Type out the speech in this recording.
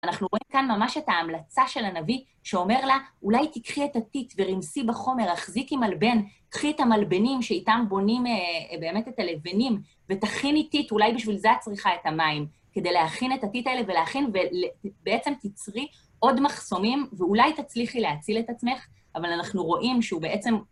אנחנו רואים כאן ממש את ההמלצה של הנביא, שאומר לה, אולי תקחי את הטיט ורמסי בחומר, החזיקי מלבן, קחי את המלבנים שאיתם בונים באמת את הלבנים, ותכיני טיט, אולי בשביל זה את צריכה את המים, כדי להכין את הטיט האלה ולהכין בעצם תצרי עוד מחסומים, ואולי תצליחי להציל את עצמך, אבל אנחנו רואים שהוא בעצם...